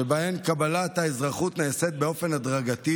שבהן קבלת האזרחות נעשית באופן הדרגתי